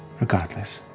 regardless,